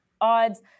odds